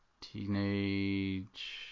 teenage